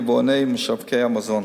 היבואנים ומשווקי המזון.